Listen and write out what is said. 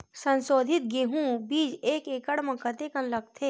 संसोधित गेहूं बीज एक एकड़ म कतेकन लगथे?